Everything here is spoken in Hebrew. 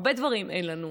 הרבה דברים אין לנו,